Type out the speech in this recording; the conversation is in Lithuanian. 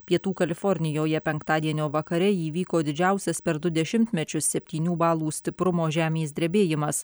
pietų kalifornijoje penktadienio vakare įvyko didžiausias per du dešimtmečius septynių balų stiprumo žemės drebėjimas